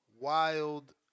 wild